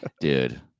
Dude